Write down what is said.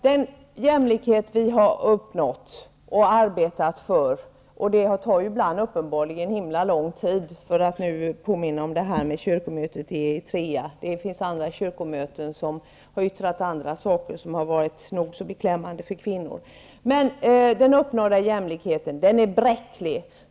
Den jämlikhet vi har arbetat för och uppnått -- det tar ibland uppenbarligen himla lång tid, för att nu referera till kyrkomötet i Eritrea; det finns andra kyrkomöten som har yttrat andra saker som varit nog så beklämmande för kvinnor -- är bräcklig.